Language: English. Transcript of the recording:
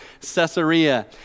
Caesarea